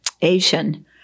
Asian